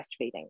breastfeeding